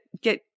get